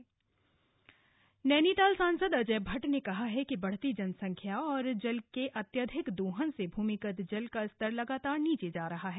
अमृत योजना नैनीताल सांसद अजट भट्ट ने कहा है कि बढ़ती जनसंख्या और जल के अत्यधिक दोहन से भूमिगत जल का स्तर लगातार नीचे जा रहा है